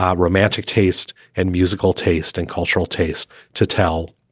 um romantic taste and musical taste and cultural taste to tell.